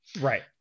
Right